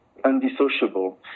undissociable